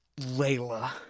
Layla